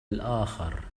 الآخر